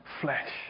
flesh